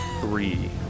Three